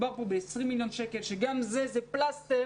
מדובר פה ב20 מיליון שקל שגם זה, זה פלסטר.